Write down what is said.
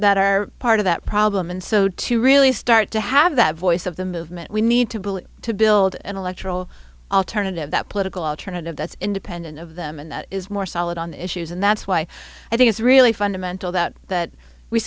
that are part of that problem and so to really start to have that voice of the movement we need to build to build an electoral alternative that political alternative that's independent of them and that is more solid on the issues and that's why i think it's really fundamental that that we